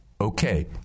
Okay